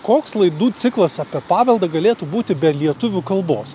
koks laidų ciklas apie paveldą galėtų būti be lietuvių kalbos